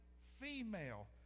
female